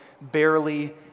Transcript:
barely